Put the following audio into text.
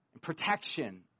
protection